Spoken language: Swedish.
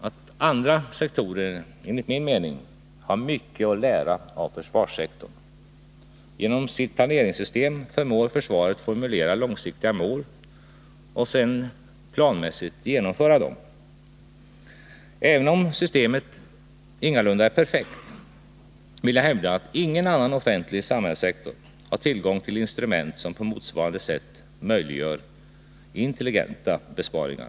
att andra sektorer, enligt min mening, har mycket att lära av försvarssektorn. Genom sitt planeringssystem förmår försvaret formulera långsiktiga mål och sedan planmässigt genomföra dem. Även om systemet ingalunda är perfekt, vill jag hävda att ingen annan offentlig samhällssektor har tillgång till instrument som på motsvarande sätt möjliggör intelligenta besparingar.